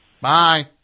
Bye